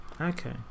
Okay